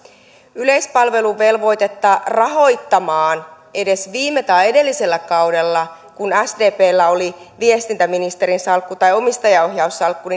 yleispalveluvelvoitetta rahoittamaan ei edes viime tai edellisellä kaudella kun sdpllä oli viestintäministerin salkku tai omistajaohjaussalkku